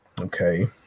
Okay